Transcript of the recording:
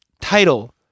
title